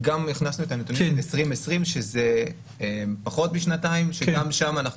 הכנסנו גם את הנתונים מ-2020 שזה פחות משנתיים וגם שם אנחנו